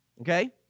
okay